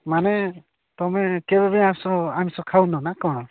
ମାନେ ତୁମେ କେବେ ଆଇଁଷ ଖାଉନ ନା କ'ଣ